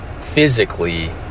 Physically